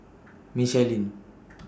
Michelin